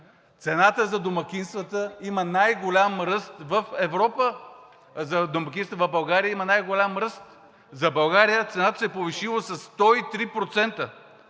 цената за домакинствата има най-голям ръст в Европа! За домакинствата в България има най-голям ръст! В България цената се е повишила със 103%,